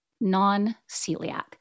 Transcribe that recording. non-celiac